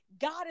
God